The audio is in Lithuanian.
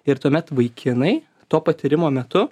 ir tuomet vaikinai to patyrimo metu